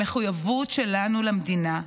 המחויבות שלנו למדינה,